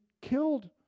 killed